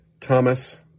Thomas